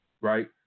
right